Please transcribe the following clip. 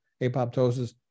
apoptosis